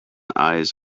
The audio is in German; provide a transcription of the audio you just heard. eis